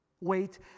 Wait